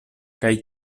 kaj